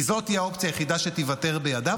כי זאת האופציה היחידה שתיוותר בידיו,